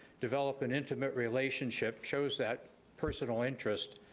develop an intimate relationship shows that personal interest,